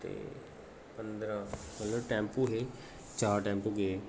ते पंदरां मतलब टैंपू हे चार टैंपू गे